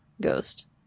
Ghost